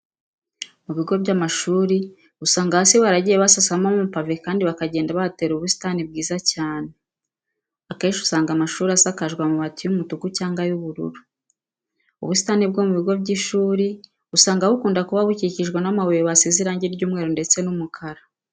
Mu bigo by'amashuri usanga hasi baragiye basasamo amapave kandi bakagenda bahatera ubusitani bwiza cyane. Akenshi usanga amashuri asakajwe amabati y'umutuku cyangwa y'ubururu. Ubusitani bwo mu bigo by'ishuri usanga bukunda kuba bukikijwe n'amabuye basize irangi ry'umweru ndetse n'umukara.